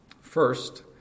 First